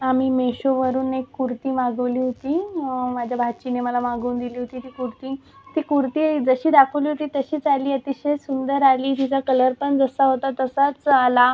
आम्ही मेशोवरुन एक कुर्ती मागवली होती माझ्या भाचीने मला मागवून दिली होती ती कुर्ती ती कुर्ती जशी दाखवली होती तशीच आली आहे ती शेड सुंदर आली तिचा कलर पण जसा होता तसाच आला